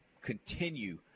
continue